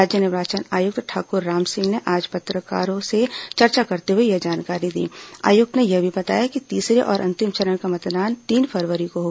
राज्य निर्वाचन आयुक्त ठाकुर रामसिंह ने आज पत्रकारों से चर्चा करते हुए यह आयुक्त ने यह भी बताया कि तीसरे और अंतिम चरण का मतदान तीन फरवरी को जानकारी दी